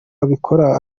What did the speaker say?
abikora